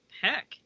heck